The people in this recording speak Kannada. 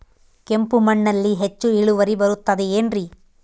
ಕೆಂಪು ಮಣ್ಣಲ್ಲಿ ಹೆಚ್ಚು ಇಳುವರಿ ಬರುತ್ತದೆ ಏನ್ರಿ?